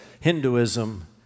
Hinduism